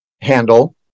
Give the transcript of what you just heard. handle